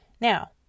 now